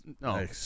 No